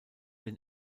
den